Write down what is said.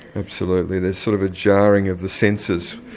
absolutely. there's sort of a jarring of the senses.